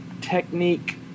technique